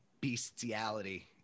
bestiality